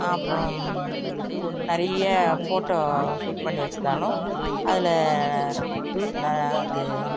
அப்றம் நிறைய photo shoot பண்ணி வச்சிருந்தாலும் அதில் அது